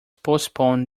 postpone